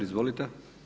Izvolite.